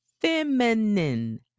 feminine